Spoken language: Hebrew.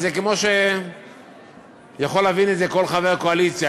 אז כמו שיכול להבין את זה כל חבר קואליציה,